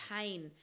pain